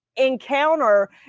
encounter